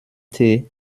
tee